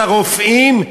על הרופאים,